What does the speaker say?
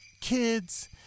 kids